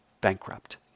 bankrupt